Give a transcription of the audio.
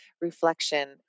reflection